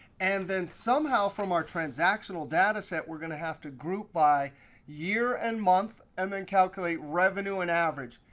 and then somehow from our transactional data set, we're going to have to group by year and month and then calculate revenue and average.